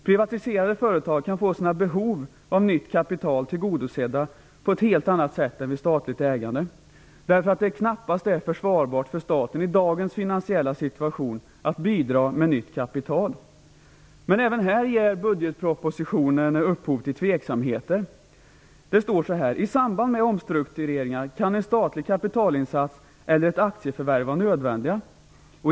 Privatiserade företag kan få sina behov av nytt kapital tillgodosedda på ett helt annat sätt än vid statligt ägande. Det är ju knappast försvarbart för staten att i dagens finansiella situation bidra med nytt kapital. Men även här ger budgetpropositionen upphov till tveksamheter. Det står: I samband med omstruktureringar kan en statlig kapitalinsats eller ett aktieförvärv vara nödvändiga.